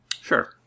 Sure